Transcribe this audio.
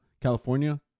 california